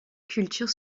culture